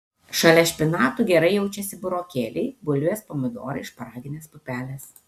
šalia špinatų gerai jaučiasi burokėliai bulvės pomidorai šparaginės pupelės